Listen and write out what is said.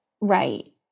Right